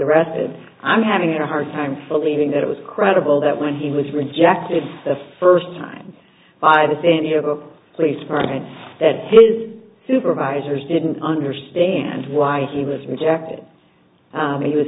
arrested i'm having a hard time believing that it was credible that when he was rejected the first time by the zany of a police department that his supervisors didn't understand why he was rejected he was